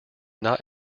not